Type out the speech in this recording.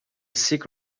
sick